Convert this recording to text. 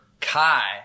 Kai